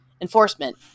enforcement